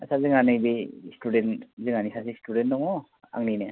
आदसा जोंहा नैबे स्टुडेन्ट जोंहानि सासे स्टुडेन्ट दङ आंनिनो